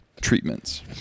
treatments